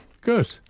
Good